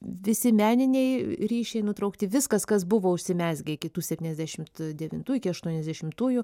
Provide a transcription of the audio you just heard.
visi meniniai ryšiai nutraukti viskas kas buvo užsimezgę iki tų septyniasdešimt devintų iki aštuoniasdešimtųjų